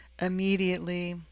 immediately